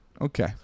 Okay